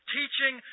teaching